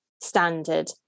standard